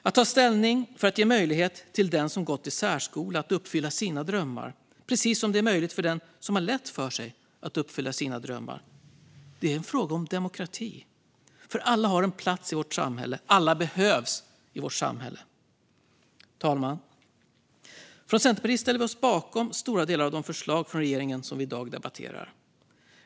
Att ta ställning för att ge möjlighet till den som gått i särskola att uppfylla sina drömmar, precis som det är möjligt för den som har lätt för sig att uppfylla sina drömmar, är en fråga om demokrati. Alla har en plats i vårt samhälle, och alla behövs i vårt samhälle. Herr talman! Från Centerpartiet ställer vi oss bakom stora delar av de förslag från regeringen som vi i dag debatterar.